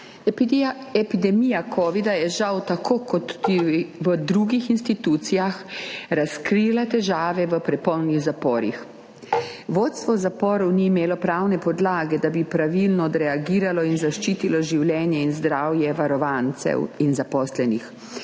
Epidemija covida je žal tako kot v drugih institucijah razkrila težave tudi v prepolnih zaporih. Vodstvo zaporov ni imelo pravne podlage, da bi pravilno odreagiralo in zaščitilo življenje in zdravje varovancev in zaposlenih.